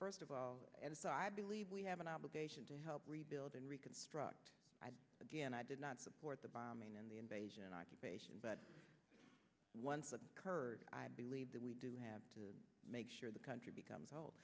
first of all and so i believe we have an obligation to help rebuild and reconstruct again i did not support the bombing and the invasion occupation but one kurd i believe that we do have to make sure the country become